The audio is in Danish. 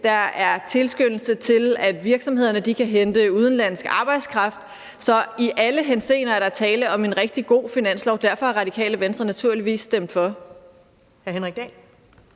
giver tilskyndelse til, at virksomhederne kan hente udenlandsk arbejdskraft. Så i alle henseender er der tale om en rigtig god finanslov, og derfor har Radikale Venstre naturligvis stemt for.